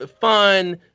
fun